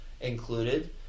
included